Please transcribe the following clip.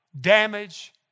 damage